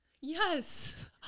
Yes